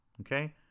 Okay